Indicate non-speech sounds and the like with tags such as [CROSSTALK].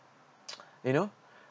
[NOISE] you know